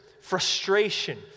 frustration